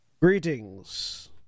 Greetings